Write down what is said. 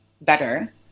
Better